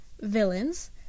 villains